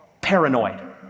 paranoid